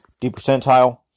D-Percentile